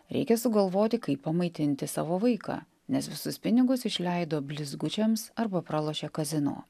reikia sugalvoti kaip pamaitinti savo vaiką nes visus pinigus išleido blizgučiams arba pralošė kazino